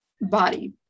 body